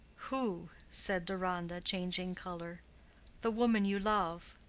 who? said deronda, changing color the woman you love.